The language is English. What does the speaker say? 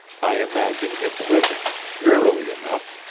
i imagine him living, drearily enough,